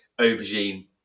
aubergine